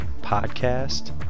PODCAST